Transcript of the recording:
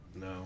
No